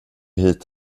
hit